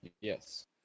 Yes